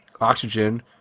oxygen